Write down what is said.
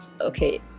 Okay